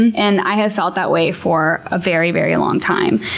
and and i have felt that way for a very, very long time.